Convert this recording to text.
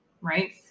Right